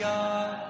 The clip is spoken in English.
God